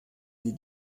sie